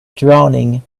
drowning